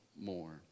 more